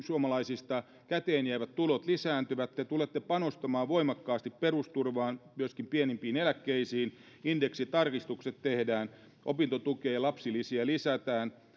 suomalaisista käteen jäävät tulot lisääntyvät te tulette panostamaan voimakkaasti perusturvaan myöskin pienimpiin eläkkeisiin indeksitarkistukset tehdään opintotukea ja lapsilisiä lisätään